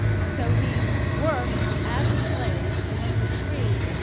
and so, he worked as a slave, and then was freed,